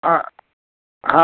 হ্যাঁ হ্যাঁ